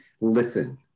listen